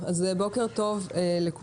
שלום לכולם, בוקר טוב,